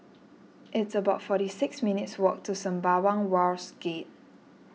it's about forty six minutes' walk to Sembawang Wharves Gate